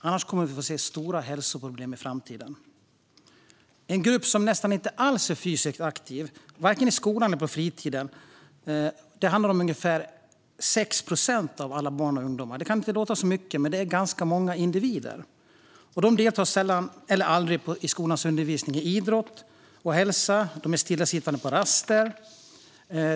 Annars kommer vi att få se stora hälsoproblem i framtiden. Ca 6 procent av alla barn och ungdomar är inte fysiskt aktiva alls, varken i skolan eller på fritiden. Det kanske inte låter så mycket, men det är ganska många individer. De deltar sällan eller aldrig i skolans undervisning i idrott och hälsa och är stillasittande på rasterna.